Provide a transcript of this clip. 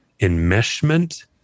enmeshment